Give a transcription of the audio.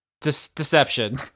Deception